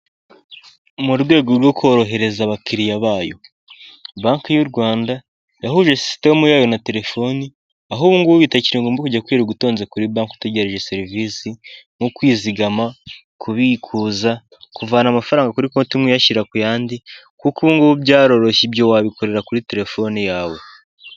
Mu rwego rwo korohereza abakiriya bayo, banki y'u Rwanda yahuje sisiteme yayo na telefoni aho ubu ngubu bitakiri gombwa kujya kwirirwa utonze kuri banki utegereje serivisi nko kwizigama, kubikuza, kuvana amafaranga kuri conti imwe uyashyira ku yandi kuko ubungubu byaroroshye ibyo wabikorera kuri telefoni yawe.